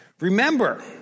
Remember